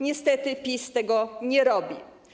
Niestety PiS tego nie robi.